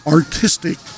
artistic